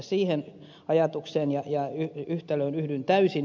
siihen ajatukseen ja yhtälöön yhdyn täysin